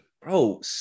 Bro